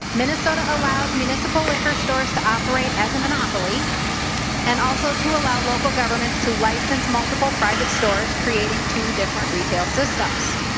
minnesota allows municipal liquor stores to operate as a monopoly and also to allow local governments to license multiple private stores creating two different retail systems.